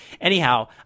Anyhow